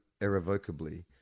irrevocably